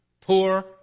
poor